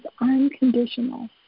unconditional